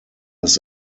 its